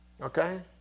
Okay